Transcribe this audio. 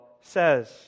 says